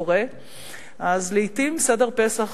קורה אז לעתים סדר פסח